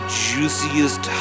juiciest